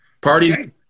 Party